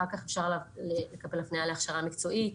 אחר כך אפשר לקבל הפנייה להכשרה מקצועית